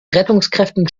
rettungskräften